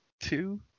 two